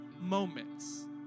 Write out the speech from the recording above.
moments